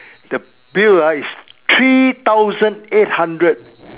the bill ah is three thousand eight hundred